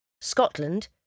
Scotland